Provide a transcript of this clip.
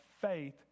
faith